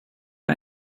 har